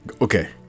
okay